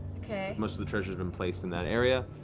most of the treasure's been placed in that area.